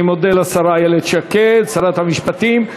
אני מודה לשרה איילת שקד, שרת המשפטים.